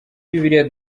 bibiliya